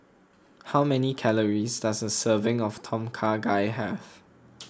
how many calories does a serving of Tom Kha Gai have